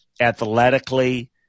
athletically